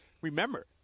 remember